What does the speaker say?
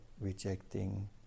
rejecting